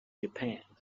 japan